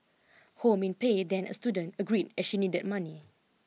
Ho Min Pei then a student agreed as she needed money